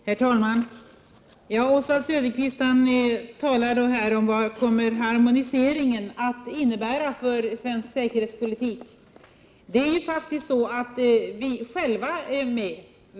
Herr talman! Oswald Söderqvist talar här om vad harmoniseringen kommer att innebära för svensk säkerhetspolitik. Men vi är faktiskt med.